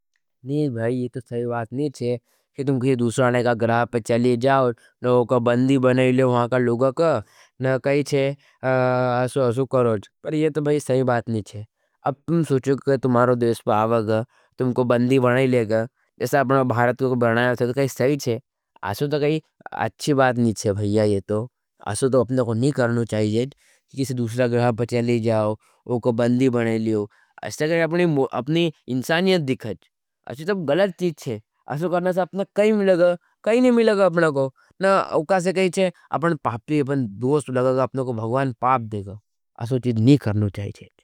नहीं भाई, ये तो सही बात नहीं हज। कि तुम कोई दूसरा ने का ग्रहाब पर चली जाओ, न वो कोई बंदी बने लिए वहाँ का लुगक, न कही छे। असो असो करोज, पर ये तो भाई सही बात नहीं हज। अप में सुचू कि तुम्हारो दुईस पा वग, तुम को बंदी बने लेग, जैसे आपना भारत को को बनाया थो, तो कही सही छे। असो तो कही अच्छी बात नहीं शे, भाईया ये तो, असो तो अपने को नहीं करने चाहिएच। कि किसी दूसरा ग्रहाब पर चली जाओ, वो अपने पाप देगा अपने भगवान पाप देगा असो चीज नहीं करना चाहिए।